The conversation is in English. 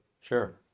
Sure